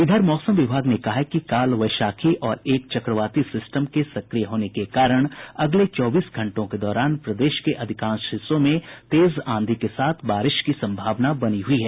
इधर मौसम विभाग ने कहा है कि काल वैशाखी और एक चक्रवाती सिस्टम के सक्रिय होने के कारण अगले चौबीस घंटों के दौरान प्रदेश के अधिकांश हिस्सों में तेज आंधी के साथ बारिश की संभावना बनी हुई है